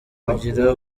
kugira